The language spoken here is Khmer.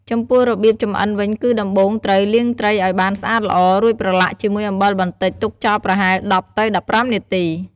ចំពោះរបៀបចម្អិនវិញគឺដំបូងត្រូវ លាងត្រីឱ្យបានស្អាតល្អ រួចប្រឡាក់ជាមួយអំបិលបន្តិច ទុកចោលប្រហែល ១០ទៅ១៥ នាទី។